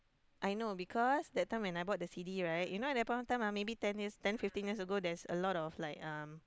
I know because that time when I bought the C_D right you know at that point of time ah maybe ten years ten fifteen years ago there's a lot of like um